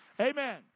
Amen